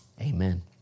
amen